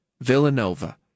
Villanova